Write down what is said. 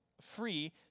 free